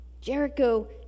Jericho